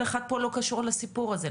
כל אחד פה לא קשור לסיפור הזה.